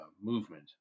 movement